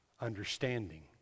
understanding